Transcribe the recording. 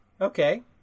Okay